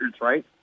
right